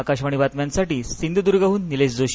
आकाशवाणी बातम्यांसाठी सिंधुद्र्गह्न निलेश जोशी